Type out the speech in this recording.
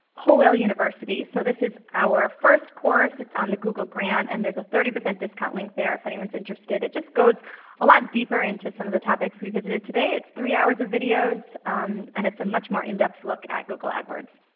whole whale university. so this is our first course. it's on the google grant and there's a thirty percent discount link there if anyone's interested. it just goes a lot deeper into some of the topics we visited today. it's three hours of videos videos and it's a much more in-depth look at google adwords.